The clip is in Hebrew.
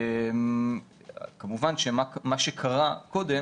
כמובן שמה שקרה קודם,